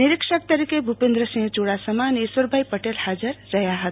નિરીક્ષક તરીકે ભુપેન્દ્રસિંહ ચુડાસમા અને ઈશ્વર ભાઈ પટેલ હાજર રહ્યા હતા